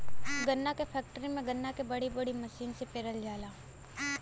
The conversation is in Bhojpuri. गन्ना क फैक्ट्री में गन्ना के बड़ी बड़ी मसीन से पेरल जाला